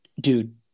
Dude